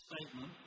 statement